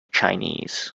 chinese